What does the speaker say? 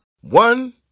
One